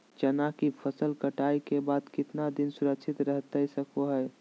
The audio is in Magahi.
चना की फसल कटाई के बाद कितना दिन सुरक्षित रहतई सको हय?